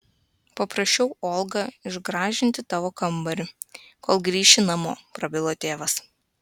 paprašiau olgą išgražinti tavo kambarį kol grįši namo prabilo tėvas